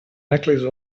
necklace